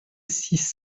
six